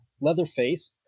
leatherface